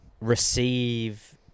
receive